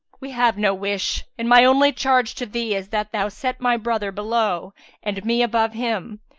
we have no wish and my only charge to thee is that thou set my brother below and me above him,